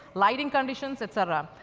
lighting conditions, et cetera.